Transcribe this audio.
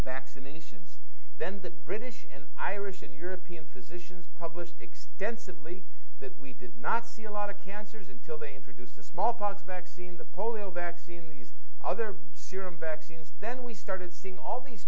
vaccinations then the british and irish and european physicians published extensively that we did not see a lot of cancers until they introduced the smallpox vaccine the polio vaccine these other serum vaccines then we started seeing all these